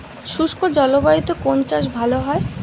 শুষ্ক জলবায়ুতে কোন চাষ ভালো হয়?